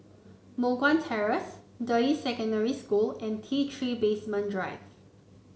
Moh Guan Terrace Deyi Secondary School and T Three Basement Drive